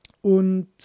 Und